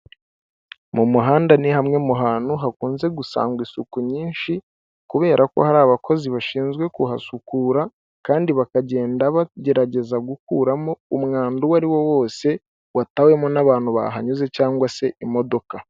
Mu muhanda ni hamwe mu hantu hakunze gusangwa isuku nyinshi kubera ko hari abakozi bashinzwe kuhasukura kandi bakagenda bagerageza gukuramo umwanda uwo ariwo wose, watawemo n'abantu bahanyuze cyangwa se imodoka.